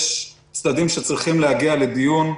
יש צדדים שצריכים להגיע לדיון.